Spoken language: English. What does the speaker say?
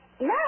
No